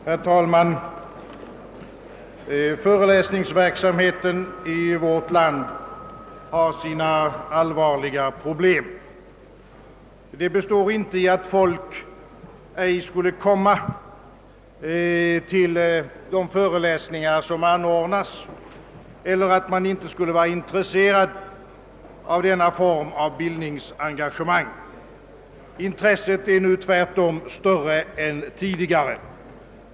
Herr talman! Föreläsningsverksamheten i vårt land har sina allvarliga problem. De består inte i att folk ej skulle komma till de föreläsningar, som anordnas, eller i att man inte skulle vara intresserad av denna form av bildningsengagemang. Intresset är nu tvärt om större än tidigare.